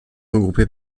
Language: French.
regroupés